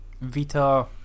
Vita